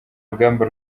urugamba